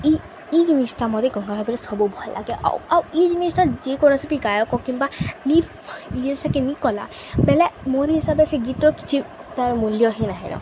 ଇ ଇ ଜିନିଷଟା ମତେ ଗଙ୍ଗାଧର ମେହେରରେ ସବୁ ଭଲ ଲାଗେ ଆଉ ଆଉ ଇ ଜିନିଷଟା ଯେକୌଣସିପି ଗାୟକ କିମ୍ବା ନି ଇ ଜିନିଷଟାକ ନେଇ କଲା ବେଲେ ମୋରି ହିସାବରେ ସେ ଗୀତର କିଛି ତାର ମୂଲ୍ୟ ହି ନାହିଁନ